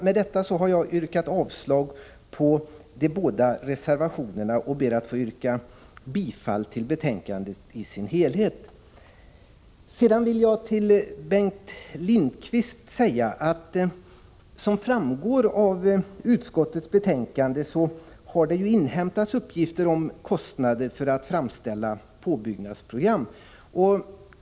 Med detta har jag yrkat avslag på de båda reservationerna och ber att få yrka bifall till utskottets hemställan i dess helhet. Jag vill vidare till Bengt Lindqvist säga att det, som framgår av utskottets betänkande, har inhämtats uppgifter om kostnader för att framställa påbyggnadsprogram.